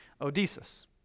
Odysseus